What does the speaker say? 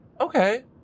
Okay